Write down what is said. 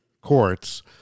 courts